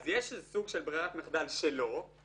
יש איזה סוג של ברירת מחדל שלא.